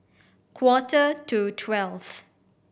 quarter to twelve